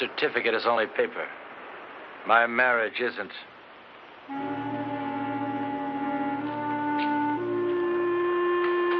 certificate is only paper my marriage isn't